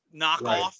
knockoff